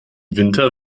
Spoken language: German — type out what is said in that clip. winter